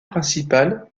principale